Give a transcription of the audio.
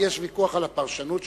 יש ויכוח על הפרשנות שלך,